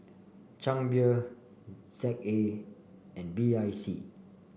Chang Beer Z A and B I C